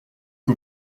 que